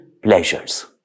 pleasures